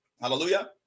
Hallelujah